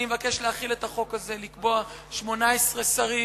אני מבקש להחיל את החוק הזה, לקבוע 18 שרים,